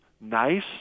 nice